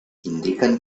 indiquen